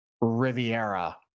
Riviera